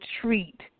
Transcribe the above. treat